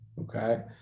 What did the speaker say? okay